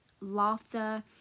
laughter